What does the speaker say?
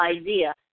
idea